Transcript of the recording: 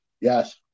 Yes